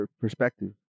perspective